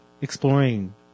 exploring